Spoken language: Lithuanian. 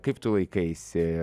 kaip tu laikaisi